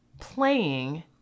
playing